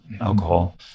alcohol